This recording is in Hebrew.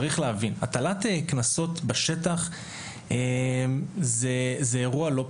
צריך להבין, הטלת קנסות בשטח היא אירוע לא פשוט.